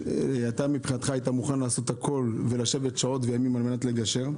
היית מוכן לעשות הכול ולשבת לילות וימים כדי לגשר.